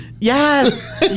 Yes